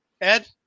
Ed